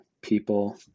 people